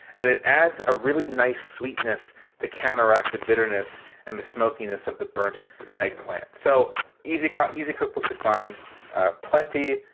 and it adds a really nice sweetness to counteract the bitterness and the smokiness of the burnt eggplant. so easy come, easy cookbook to find plenty.